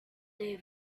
they